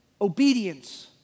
obedience